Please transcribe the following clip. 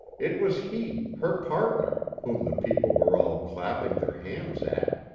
it was he, her partner, whom the people were all clapping their hands at,